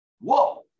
Whoa